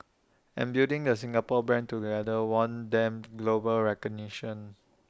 and building the Singapore brand together won them global recognition